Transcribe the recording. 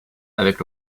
avec